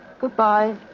Goodbye